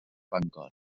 bangor